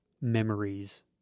memories